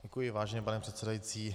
Děkuji, vážený pane předsedající.